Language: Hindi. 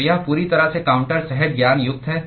तो यह पूरी तरह से काउंटर सहज ज्ञान युक्त है